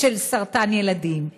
של סרטן ילדים.